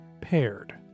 Paired